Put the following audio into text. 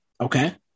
okay